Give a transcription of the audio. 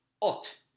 ot